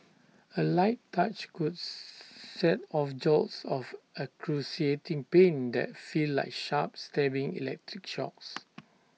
A light touch could set off jolts of excruciating pain that feel like sharp stabbing electric shocks